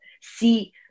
see